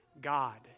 God